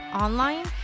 online